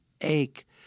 ache